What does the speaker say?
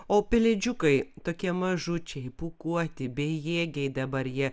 o pelėdžiukai tokie mažučiai pūkuoti bejėgiai dabar jie